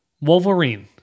Wolverine